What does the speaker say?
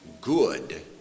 Good